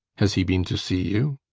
has he been to see you?